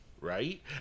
right